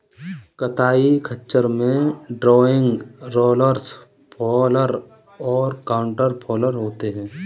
कताई खच्चर में ड्रॉइंग, रोलर्स फॉलर और काउंटर फॉलर होते हैं